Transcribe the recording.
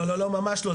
לא לא ממש לא,